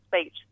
speech